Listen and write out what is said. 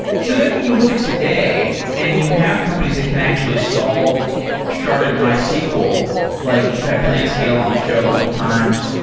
so then when you look at today and you have companies that can actually solve sharded mysql, like we've plan scale on the show a couple times.